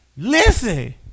Listen